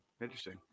Interesting